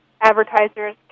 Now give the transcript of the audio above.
advertisers